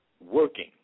working